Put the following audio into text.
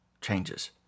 changes